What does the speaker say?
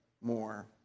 more